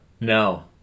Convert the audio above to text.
No